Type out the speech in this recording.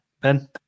Ben